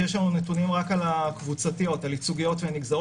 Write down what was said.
כי יש לנו נתונים רק על הקבוצתיות: הייצוגיות והנגזרות,